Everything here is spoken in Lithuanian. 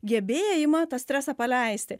gebėjimą tą stresą paleisti